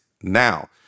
now